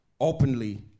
openly